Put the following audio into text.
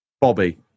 Bobby